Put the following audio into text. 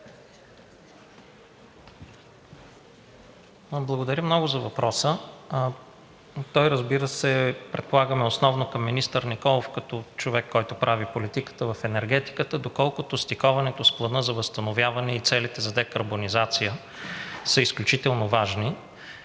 Благодаря много за въпроса. Той, разбира се, предполагам е основно към министър Николов като човек, който прави политиката в енергетиката. Доколкото стиковането с Плана за възстановяване и целите за декарбонизация са изключително важни,